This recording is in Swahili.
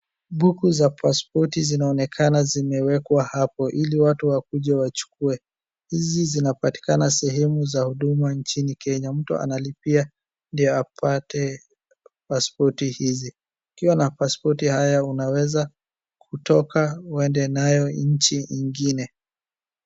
Buku za pasipoti zinaonekana zimewekwa hapo ili watu wakuje wachukue. Hizi zinapatikana sehemu za huduma nchini Kenya, mtu analipia ndio apate pasipoti hizi. Ukiwa na pasipoti haya unaweza kutoka uende nayo nchi ingine.